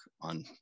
on